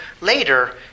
later